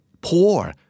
Poor